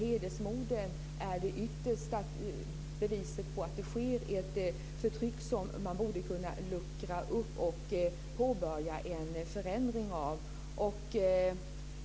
Hedersmorden är det yttersta beviset på att det sker ett förtryck som man borde kunna luckra upp och påbörja en förändring av.